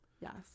Yes